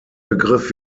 begriff